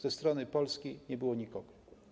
Ze strony Polski nie było nikogo.